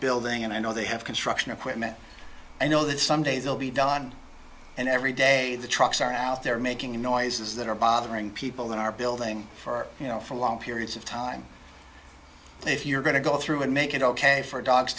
building and i know they have construction equipment and know that someday they'll be done and every day the trucks are out there making noises that are bothering people in our building for you know for long periods of time if you're going to go through and make it ok for dogs